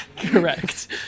Correct